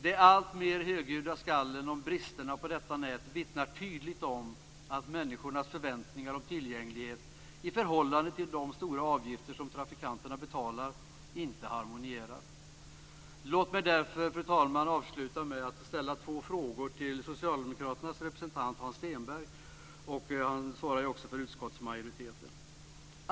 De alltmer högljudda skallen om bristerna på detta nät vittnar tydligt om att människornas förväntningar om tillgänglighet, i förhållande till de stora avgifter som trafikanterna betalar, inte tillgodoses. Låt mig därför, fru talman, avsluta med att ställa två frågor till Socialdemokraternas representant Hans Stenberg, som också företräder utskottsmajoriteten.